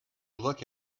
look